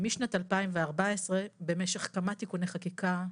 משנת 2014 במשך כמה תיקוני חקיקה,